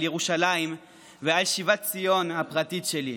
על ירושלים ועל שיבת ציון הפרטית שלי.